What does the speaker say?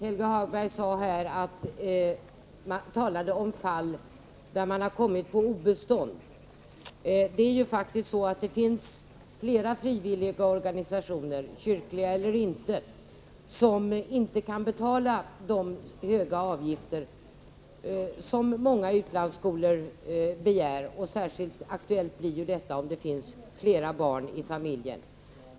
Helge Hagberg talade om fall, där man har kommit på obestånd. Det finns faktiskt flera frivilliga organisationer, kyrkliga eller ej, som inte kan betala de höga avgifter som många utlandsskolor begär. Särskilt aktuellt blir detta, om det finns flera barn i familjen.